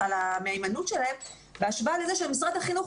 על המהימנות שלהם בהשוואה לזה שמשרד החינוך,